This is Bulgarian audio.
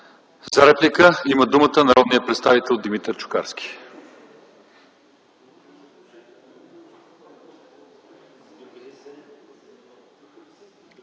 За реплика има думата народният представител Димитър Чукарски.